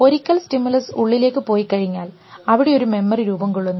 ഒരിക്കൽ സ്റ്റിമുലസ് ഉള്ളിലേക്ക് പോയി കഴിഞ്ഞാൽ അവിടെ ഒരു മെമ്മറി രൂപംകൊള്ളുന്നു